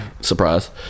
surprise